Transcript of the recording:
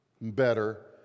better